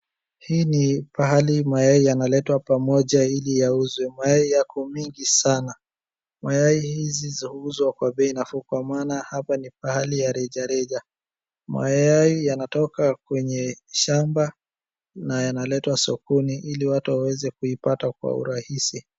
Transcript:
Hii ni pahali mayai yanaletwa pamoja ili yauzwe. Mayai yako mingi sana. Mayai hizi zauzwa kwa bei nafuu kwa maana hapa ni pahali ya rejareja. Mayai yanatoka kwenye shamba na yanaletwa sokoni ili watu waweze kuipata kwa urahisi.